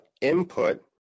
input